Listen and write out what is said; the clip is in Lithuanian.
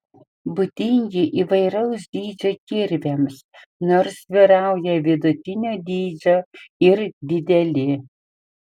būdingi įvairaus dydžio kirviams nors vyrauja vidutinio dydžio ir dideli